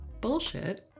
bullshit